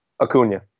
Acuna